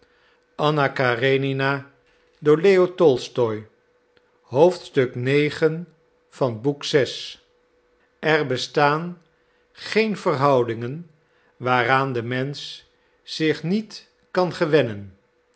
en bestaan geen verhoudingen waaraan de mensch zich niet kan gewennen